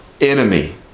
enemy